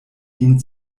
ihn